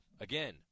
Again